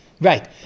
Right